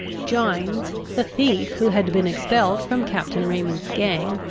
gines, the thief who had been expelled from captain raymond's gang,